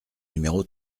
numéro